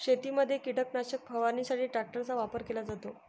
शेतीमध्ये कीटकनाशक फवारणीसाठी ट्रॅक्टरचा वापर केला जातो